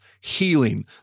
healing